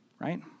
right